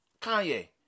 Kanye